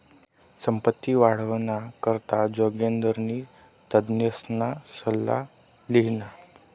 संपत्ती वाढावाना करता जोगिंदरनी तज्ञसना सल्ला ल्हिना